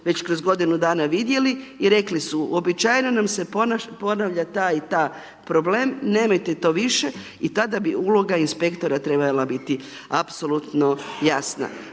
već kroz godinu dana vidjeli i rekli su uobičajeno nam se ponavlja taj i ta problem, nemojte to više, i tada bi uloga inspektora trebala biti apsolutno jasna.